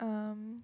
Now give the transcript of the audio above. um